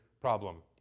problem